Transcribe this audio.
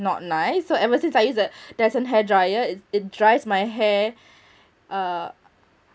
not nice so ever since I use the dyson hair dryer it it dries my hair uh